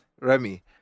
Remy